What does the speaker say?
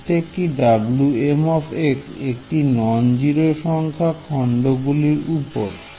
প্রত্যেকটি Wm একটি non zero সংখ্যা খন্ড গুলির উপর